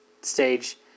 stage